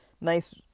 nice